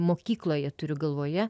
mokykloje turiu galvoje